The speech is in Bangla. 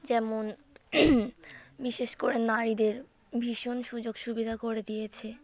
যেমন বিশেষ করে নারীদের ভীষণ সুযোগ সুবিধা করে দিয়েছে